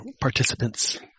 participants